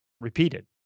repeated